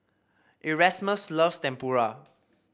Erasmus loves Tempura